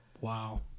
Wow